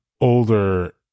older